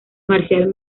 marcial